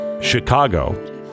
Chicago